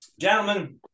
Gentlemen